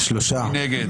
מי נגד?